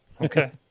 Okay